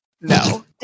No